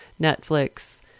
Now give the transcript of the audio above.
Netflix